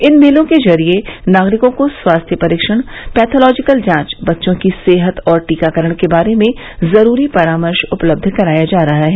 इन मेलों के जरिये नागरिकों को स्वास्थ्य परीक्षण पैथोलॉजिकल जांच बच्चों की सेहत और टीकाकरण के बारे में जरूरी परामर्श उपलब्ध कराया जा रहा है